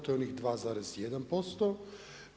To je onih 2,1%